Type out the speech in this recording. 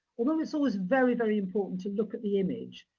although, it's always very, very important to look at the image,